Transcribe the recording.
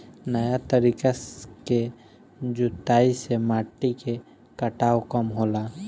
नया तरीका के जुताई से माटी के कटाव कम होला